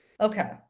Okay